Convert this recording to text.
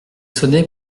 sonné